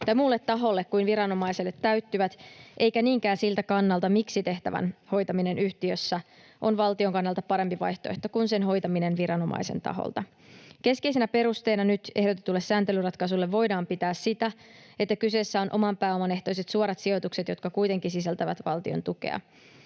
muulle taholle kuin viranomaiselle täyttyvät, eikä niinkään siltä kannalta, miksi tehtävän hoitaminen yhtiössä on valtion kannalta parempi vaihtoehto kuin sen hoitaminen viranomaisen taholta. Keskeisenä perusteena nyt ehdotetulle sääntelyratkaisulle voidaan pitää sitä, että kyseessä ovat oman pääoman ehtoiset suorat sijoitukset, jotka kuitenkin sisältävät valtion tukea.